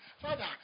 Father